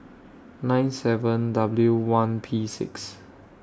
nine seven W one P six